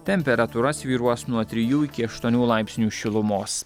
temperatūra svyruos nuo trijų iki aštuonių laipsnių šilumos